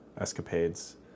escapades